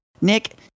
Nick